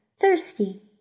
thirsty